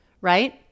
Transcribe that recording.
right